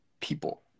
people